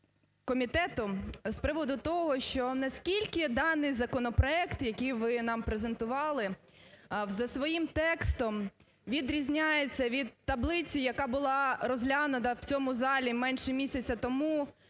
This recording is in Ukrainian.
з приводу того, що наскільки даний законопроект, який ви нам презентували за своїм текстом відрізняється від таблиці, яка була розглянута в цьому залі менше місяця тому